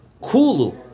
Kulu